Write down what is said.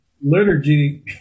liturgy